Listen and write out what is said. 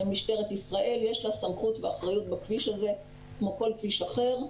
ולמשטרת ישראל יש סמכות ואחריות בכביש הזה כמו כל כביש אחר.